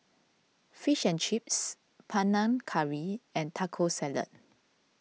Fish and Chips Panang Curry and Taco Salad